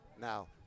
Now